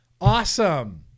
Awesome